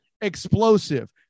explosive